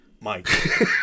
Mike